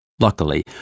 Luckily